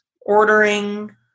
ordering